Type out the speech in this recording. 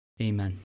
Amen